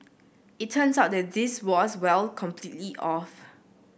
it turns out that this was well completely off